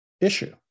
issue